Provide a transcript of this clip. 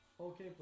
Okay